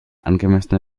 angemessene